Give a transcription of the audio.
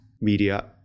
media